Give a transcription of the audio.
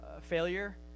failure